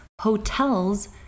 hotels